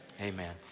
amen